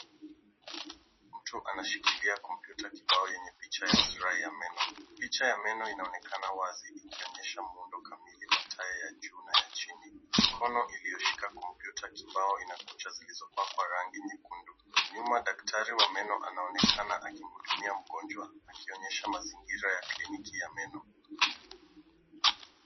Mtu anashikilia kompyuta kibao yenye picha ya X-ray ya meno. Picha ya meno inaonekana wazi ikonyesha muundo kamili wa taya ya juu na ya chini. Mikono iliyoshika kompyuta kibao ina kucha zilizopakwa rangi nyekundu. Nyuma daktari wa meno naonekana akimhudumia mgonjwa akionyesha mazingira ya kliniki ya meno.